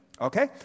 Okay